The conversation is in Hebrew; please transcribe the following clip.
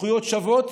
זכויות שוות,